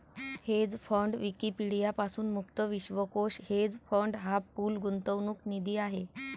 hedge fund Wikipedia पासून मुक्त विश्वकोश हेज फंड हा पूल गुंतवणूक निधी आहे